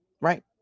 right